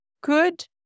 good